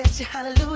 Hallelujah